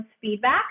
feedback